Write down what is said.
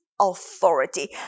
authority